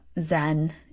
Zen